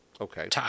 okay